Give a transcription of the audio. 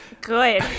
good